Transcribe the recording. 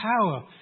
power